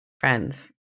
friends